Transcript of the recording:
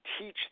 teach